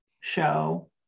show